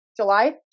July